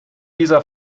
dieser